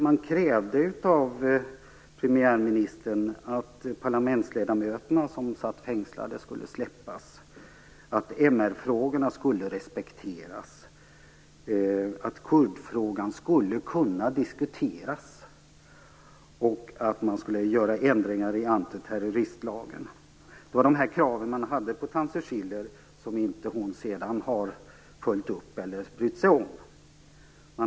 Man krävde av premiärministern att parlamentsledamöterna som satt fängslade skulle släppas, att MR frågorna skulle respekteras, att kurdfrågan skulle kunna diskuteras och att ändringar skulle göras i antiterroristlagen. Dessa krav ställde man till Tansu ÇCiller, men han har inte följt upp eller brytt sig om dem.